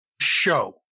show